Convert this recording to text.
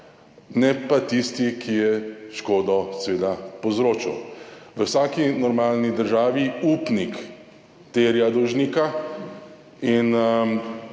ne pa tisti, ki je škodo seveda povzročil. V vsaki normalni državi upnik terja dolžnika in